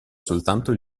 soltanto